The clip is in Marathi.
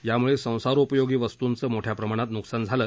यामुळे संसारोपयोगी वस्तूंचं मोठ्या प्रमाणात नुकसान झालं